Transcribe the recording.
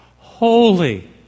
Holy